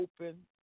open